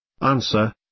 Answer